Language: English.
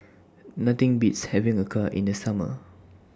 Nothing Beats having Acar in The Summer